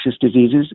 Diseases